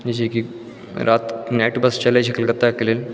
जे छै कि राति नाईट बस चलै छै कलकत्ता के लेल